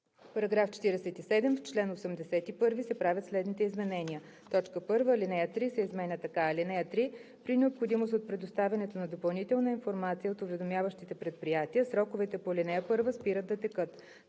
§ 47: „§ 47. В чл. 81 се правят следните изменения: 1. Алинея 3 се изменя така: „(3) При необходимост от предоставянето на допълнителна информация от уведомяващите предприятия сроковете по ал. 1 спират да текат.“